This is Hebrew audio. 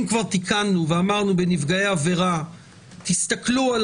אם כבר תיקנו ואמרנו שבנפגעי עבירה תסתכלו על